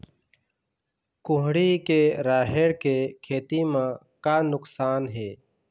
कुहड़ी के राहेर के खेती म का नुकसान हे?